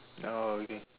oh okay